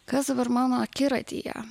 kas dabar mano akiratyje